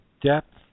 depth